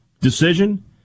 decision